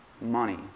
money